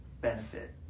benefit